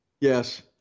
Yes